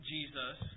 Jesus